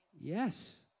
Yes